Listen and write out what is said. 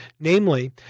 Namely